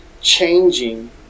changing